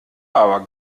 aber